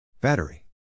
Battery